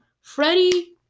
Freddie